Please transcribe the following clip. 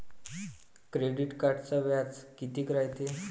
Credit कार्डचं व्याज कितीक रायते?